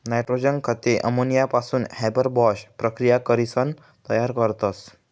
nitrogen खते अमोनियापासून Haber Bosch प्रकिया करीसन तयार करतस